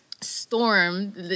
storm